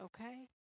okay